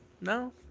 No